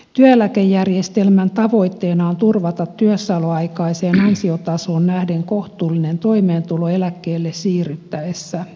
työeläkejärjestelmän tavoitteena on turvata työssäoloaikaiseen ansiotasoon nähden kohtuullinen toimeentulo eläkkeelle siirryttäessä